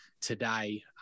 today